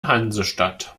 hansestadt